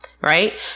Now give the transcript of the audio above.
right